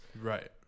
right